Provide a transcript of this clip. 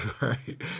Right